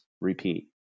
repeat